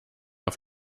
auf